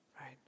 Right